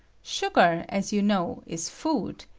sugar, as you know, is food,